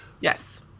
Yes